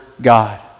God